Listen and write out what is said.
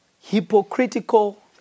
hypocritical